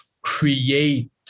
create